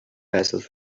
vessels